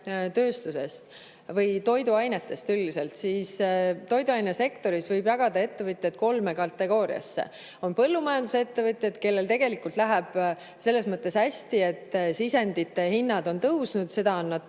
toiduainetööstusest või toiduainetest üldiselt, siis toiduainesektoris võib ettevõtjad jagada kolme kategooriasse. [Esiteks] on põllumajandusettevõtjad, kellel tegelikult läheb selles mõttes hästi, et sisendite hinnad on tõusnud, seda on nad